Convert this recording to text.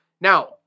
Now